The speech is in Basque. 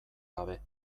gabe